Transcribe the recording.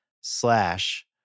slash